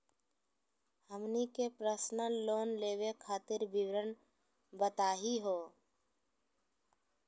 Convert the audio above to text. हमनी के personal loan लेवे खातीर विवरण बताही हो?